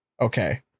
Okay